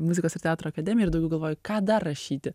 muzikos ir teatro akademijoj ir daugiau galvojau ką dar rašyti